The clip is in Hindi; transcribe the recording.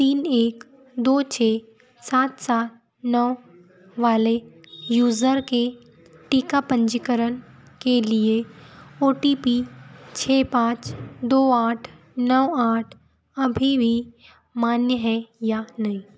तीन एक दो छः सात सात नौ वाले यूज़र के टीका पंजीकरण के लिए ओ टी पी छः पाँच दो आठ नौ आठ अभी भी मान्य है या नहीं